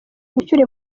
gucyura